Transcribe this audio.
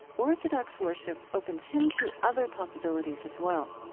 orthodox worship opens him to other possibilities as well